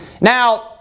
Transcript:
Now